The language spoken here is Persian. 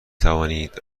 توانید